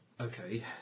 Okay